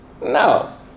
No